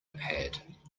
pad